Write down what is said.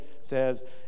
says